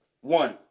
One